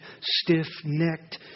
stiff-necked